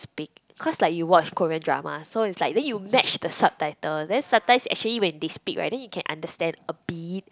speak cause like you watch Korean drama so it's like then you match the subtitle then sometimes actually when they speak right then you can understand a bit